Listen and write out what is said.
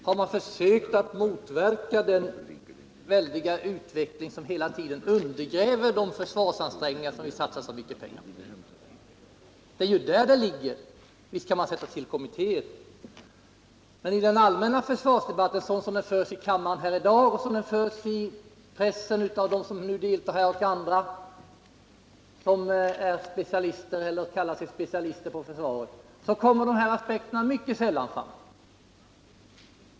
Har man försökt att motverka den kraftiga utveckling som hela tiden undergräver de försvarsansträngningar vi gör till stora kostnader? Det är ju det saken gäller. Visst kan man sätta till kommittéer. Men i den allmänna försvarsdebatten, så som den förs i kammaren i dag och som den förs i pressen och på andra håll av s.k. specialister, kommer de här aspekterna mycket sällan fram.